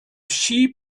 sheep